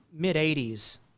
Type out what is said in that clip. mid-'80s